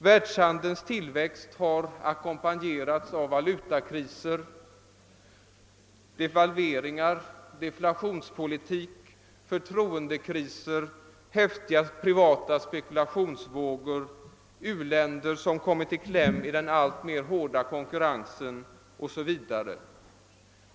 Världshandelns tillväxt har ackompanjerats av valutakriser, devalveringar, deflationspolitik, förtroendekriser, häftiga privata spekulationsvågor, u-länder som kommit i kläm i den allt hårdare konkurrensen, o.s.v.